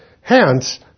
Hence